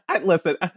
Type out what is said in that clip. listen